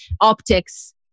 optics